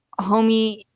homie